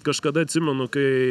kažkada atsimenu kai